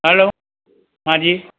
હાલો હા જી